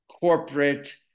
corporate